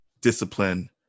discipline